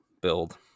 build